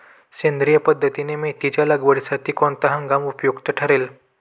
सेंद्रिय पद्धतीने मेथीच्या लागवडीसाठी कोणता हंगाम उपयुक्त ठरेल?